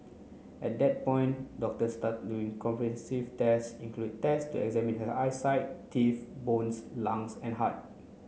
at that point doctors started doing comprehensive test including test to examine her eyesight teeth bones lungs and heart